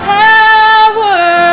power